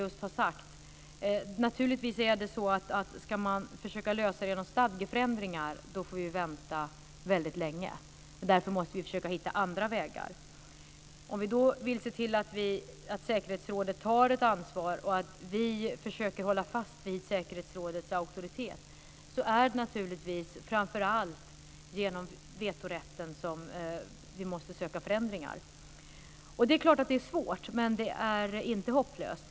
Jag sade i mitt svar att om detta ska lösas genom stadgeförändringar får vi vänta länge. Därför måste vi försöka hitta andra vägar. Vi vill då se till att säkerhetsrådet tar ett ansvar och att vi försöker hålla fast vid säkerhetsrådets auktoritet, och det är framför allt genom vetorätten som vi måste söka förändringarna. Det är svårt, men det är inte hopplöst.